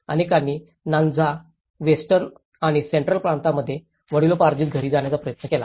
अनेकांनी नानझा वेस्टर्न आणिसेंट्रल प्रांतांमध्ये वडिलोपार्जित घरी जाण्याचा प्रयत्न केला